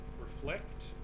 reflect